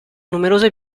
numerose